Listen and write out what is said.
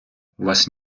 вас